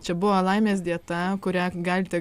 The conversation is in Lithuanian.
čia buvo laimės dieta kurią galite